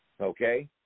okay